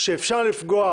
שאפשר לפגוע